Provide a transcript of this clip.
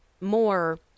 more